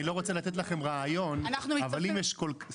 אני לא רוצה לתת לכם רעיון אבל אם כל כך